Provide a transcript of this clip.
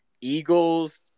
Eagles